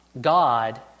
God